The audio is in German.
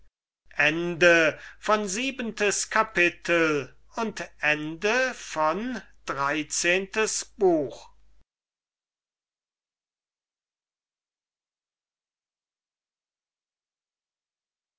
siebentes kapitel wir